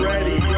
Ready